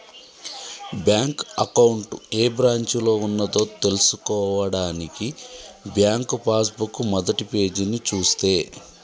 bank account ఏ బ్రాంచిలో ఉన్నదో తెల్సుకోవడానికి బ్యాంకు పాస్ బుక్ మొదటిపేజీని చూస్తే